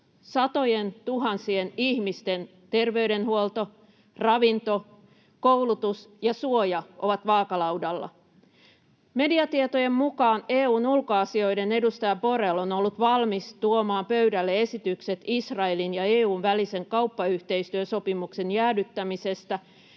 Satojentuhansien ihmisten terveydenhuolto, ravinto, koulutus ja suoja ovat vaakalaudalla. Mediatietojen mukaan EU:n ulkoasioiden edustaja Borrell on ollut valmis tuomaan pöydälle esitykset Israelin ja EU:n välisen kauppayhteistyösopimuksen jäädyttämisestä